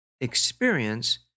experience